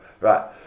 Right